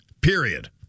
period